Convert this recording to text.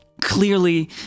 Clearly